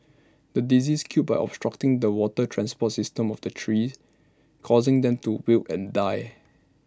the disease killed by obstructing the water transport system of the trees causing them to wilt and die